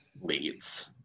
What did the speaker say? leads